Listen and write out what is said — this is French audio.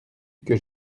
que